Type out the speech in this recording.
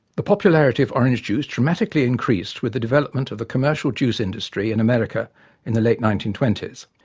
the popularity of orange juice dramatically increased with the development of the commercial juice industry in america in the late nineteen twenty s.